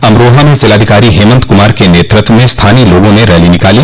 अमरोहा में जिलाधिकारी हेमन्त कुमार के नेतृत्व में स्थानीय लोगों ने रैली निकाली